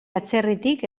atzerritik